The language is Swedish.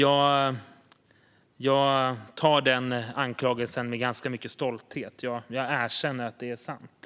Jag tar den anklagelsen med ganska mycket stolthet; jag erkänner att det är sant.